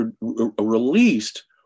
released